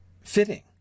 fitting